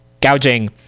gouging